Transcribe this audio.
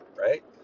right